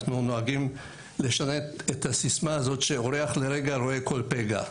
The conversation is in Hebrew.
אנחנו נוהגים לשנן את הסיסמא הזאת שאורח לרגע רואה כל פגע.